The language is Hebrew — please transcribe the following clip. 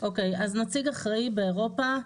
נציג אחראי באירופה,